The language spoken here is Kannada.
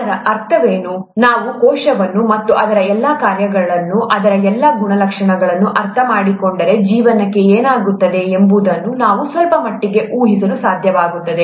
ಇದರ ಅರ್ಥವೇನು ನಾವು ಕೋಶವನ್ನು ಮತ್ತು ಅದರ ಎಲ್ಲಾ ಕಾರ್ಯಗಳನ್ನು ಅದರ ಎಲ್ಲಾ ಗುಣಲಕ್ಷಣಗಳನ್ನು ಅರ್ಥಮಾಡಿಕೊಂಡರೆ ಜೀವನಕ್ಕೆ ಏನಾಗುತ್ತದೆ ಎಂಬುದನ್ನು ನಾವು ಸ್ವಲ್ಪಮಟ್ಟಿಗೆ ಊಹಿಸಲು ಸಾಧ್ಯವಾಗುತ್ತದೆ